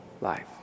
life